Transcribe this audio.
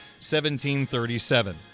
1737